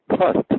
First